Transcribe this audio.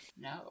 No